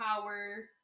power